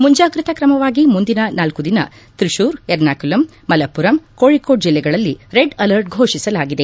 ಮುಂಜಾಗ್ರತಾ ಕ್ರಮವಾಗಿ ಮುಂದಿನ ನಾಲ್ಕು ದಿನ ತ್ರಿಶೂರ್ ಎರ್ನಾಕುಲಮ್ ಮಲಪ್ಪರಂ ಕೋಳಿಕೋಡ್ ಜಿಲ್ಲೆಗಳಲ್ಲಿ ರೆಡ್ ಅಲರ್ಟ್ ಫೋಷಿಸಲಾಗಿದೆ